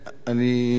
אני אומר,